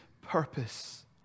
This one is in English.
purpose